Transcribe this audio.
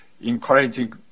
encouraging